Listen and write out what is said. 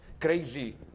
crazy